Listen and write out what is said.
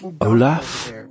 Olaf